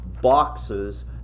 boxes